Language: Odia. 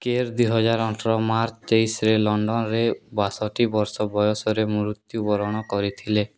କେର୍ ଦୁଇହଜାର ଅଠର ମାର୍ଚ୍ଚ ତେଇଶିରେ ଲଣ୍ଡନରେ ବାଷଠି ବର୍ଷ ବୟସରେ ମୃତ୍ୟୁବରଣ କରିଥିଲେ